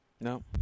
No